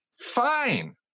Fine